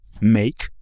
make